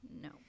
no